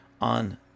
on